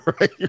right